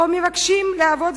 או מבקשים לעבוד,